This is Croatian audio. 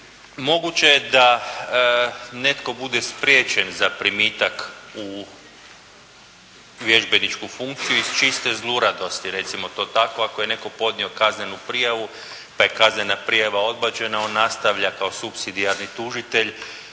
moguće je da netko bude spriječen za primitak u vježbeničku funkciju iz čiste zluradosti, recimo to tako. Ako je netko podnio kaznenu prijavu, pa je kaznena prijava odbačena, on nastavlja kao supsidijarni tužitelj,